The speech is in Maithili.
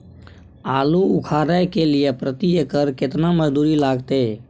आलू उखारय के लिये प्रति एकर केतना मजदूरी लागते?